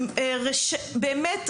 באמת,